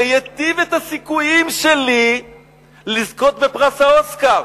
זה ייטיב את הסיכויים שלי לזכות בפרס האוסקר.